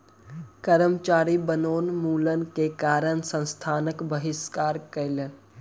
कर्मचारी वनोन्मूलन के कारण संस्थानक बहिष्कार कयलक